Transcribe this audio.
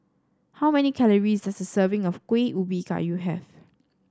how many calories does a serving of Kueh Ubi Kayu have